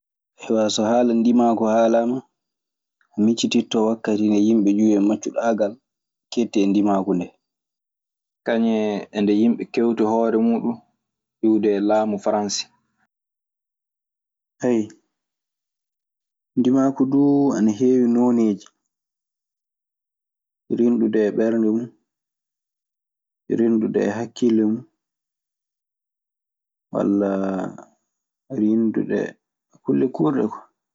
Haywa, So haala ndimaaku haalaama, mi miccititto wakkati mo yimɓe iwi e maccuɗaagal keetti e ndimaaku ndee. Kañun e nde yimɓe kewti hoore muuɗun iwde e laamu Faranse. Ndimaaku duu ana heewi nooneeji: rinɗude e ɓernde mun, rinɗude e hakkille mun, wallaa rinɗude kulle kuurɗe kwa.